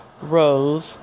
Rose